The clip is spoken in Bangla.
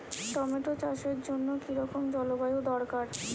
টমেটো চাষের জন্য কি রকম জলবায়ু দরকার?